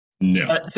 no